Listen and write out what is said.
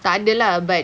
tak ada lah but